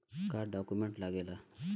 का डॉक्यूमेंट लागेला?